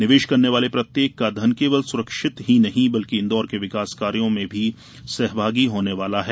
निवेश करने वाले प्रत्येक का धन केवल सुरक्षित ही नहीं बल्कि इन्दौर के विकास कार्यो में भी सहभागी होने वाला है